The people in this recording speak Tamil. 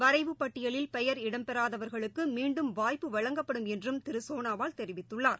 வரைவுப் பட்டியலில் பெயர் இடம்பெறாதவர்களுக்குமீண்டும் வாய்ப்பு வழங்கப்படும் என்றும் திருசோனாவால் தெரிவித்துள்ளார்